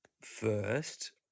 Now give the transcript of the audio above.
first